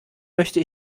möchte